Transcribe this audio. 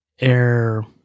air